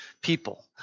people